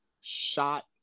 shot